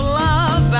love